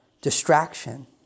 distraction